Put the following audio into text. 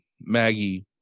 maggie